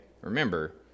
remember